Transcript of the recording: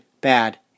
bad